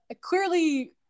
clearly